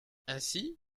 ainsi